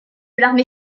l’armée